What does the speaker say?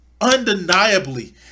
undeniably